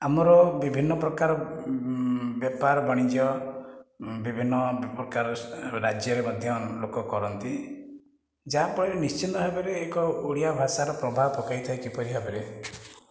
ଆମର ବିଭିନ୍ନ ପ୍ରକାର ବେପାର ବାଣିଜ୍ୟ ବିଭିନ୍ନ ପ୍ରକାର ରାଜ୍ୟରେ ମଧ୍ୟ ଲୋକ କରନ୍ତି ଯାହା ଫଳରେ ନିଶ୍ଚିନ୍ତ ଭାବରେ ଏକ ଓଡ଼ିଆ ଭାଷା ପ୍ରଭାବ ପକାଇଥାଏ କିପରି ଭାବରେ